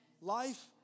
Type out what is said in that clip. life